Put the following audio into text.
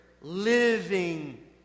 Living